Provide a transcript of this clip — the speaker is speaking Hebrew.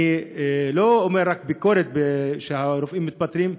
אני לא אומר רק ביקורת שהרופאים מתפטרים.